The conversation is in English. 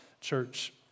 church